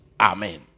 Amen